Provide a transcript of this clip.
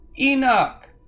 Enoch